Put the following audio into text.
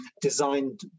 designed